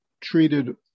treated